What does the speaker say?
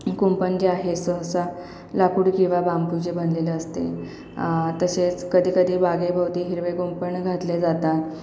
कुंपण जे आहे सहसा लाकूड किंवा बांबूचे बनलेले असते तसेच कधीकधी बागेभोवती हिरवे कुंपण घातले जातात